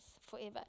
forever